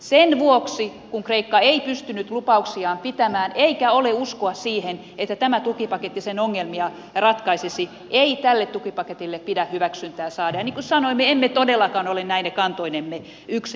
sen vuoksi kun kreikka ei pystynyt lupauksiaan pitämään eikä ole uskoa siihen että tämä tukipaketti sen ongelmia ratkaisisi ei tälle tukipaketille pidä hyväksyntää saada ja niin kuin sanoin me emme todellakaan ole näine kantoinemme yksin